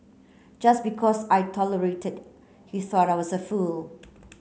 just because I tolerated he thought I was a fool